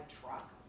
truck